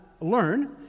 learn